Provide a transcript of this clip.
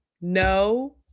no